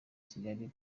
kigali